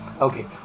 okay